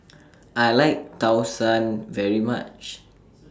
I like Tau Suan very much